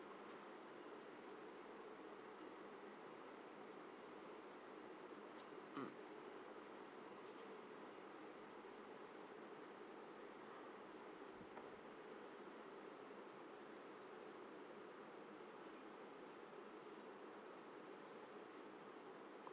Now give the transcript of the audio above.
mm